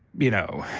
you know,